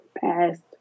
past